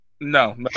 no